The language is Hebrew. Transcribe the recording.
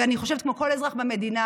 ואני חושבת כמו כל אזרח במדינה,